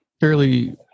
fairly